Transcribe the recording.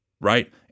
Right